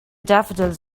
daffodils